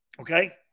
Okay